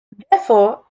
therefore